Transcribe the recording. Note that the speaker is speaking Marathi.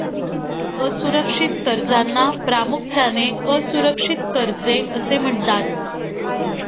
असुरक्षित कर्जांना प्रामुख्याने असुरक्षित कर्जे असे म्हणतात